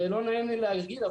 לא נעים לי להגיד,